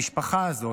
המשפחה הזאת,